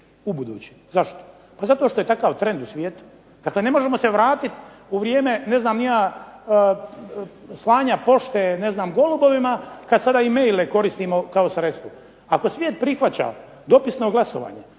ubuduće. Zašto? Pa zato što je takav trend u svijetu. Dakle, ne možemo se vratit u vrijeme slanja pošte golubovima kad sada e-maile koristimo kao sredstvo. Ako svijet prihvaća dopisno glasovanje,